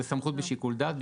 זו סמכות שבשיקול דעת,